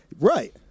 Right